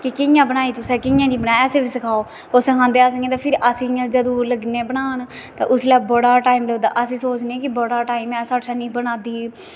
कि कि'यां बनाई तुसें कि'यां नेईं असेंगी बी सखाओ ओह् सखांदे फिर अस लग्गी पौन्ने बनान पर उसलै बड़ा टाईम लगदा अस सोचने कि बड़ा टाईम ऐ साढ़ै शा नेईं बना दी